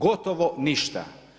Gotovo ništa.